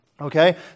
Okay